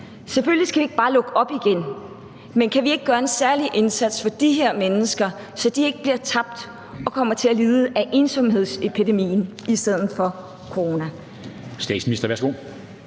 Selvfølgelig skal vi ikke bare lukke op igen, men kan vi ikke gøre en særlig indsats for de her mennesker, så de ikke bliver tabt og kommer til at lide af ensomhedsepidemien i stedet for corona?